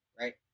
right